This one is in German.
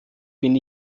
bin